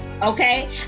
Okay